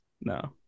No